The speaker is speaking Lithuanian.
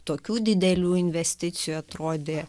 tokių didelių investicijų atrodė